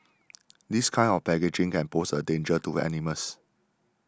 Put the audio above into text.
this kind of packaging can pose a danger to animals